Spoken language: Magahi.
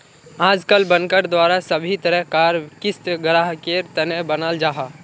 आजकल बनकर द्वारा सभी तरह कार क़िस्त ग्राहकेर तने बनाल जाहा